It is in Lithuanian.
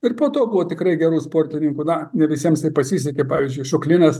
ir po to buvo tikrai gerų sportininkų na ne visiems pasisekė pavyzdžiui šuklinas